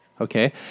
Okay